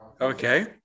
Okay